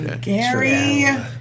Gary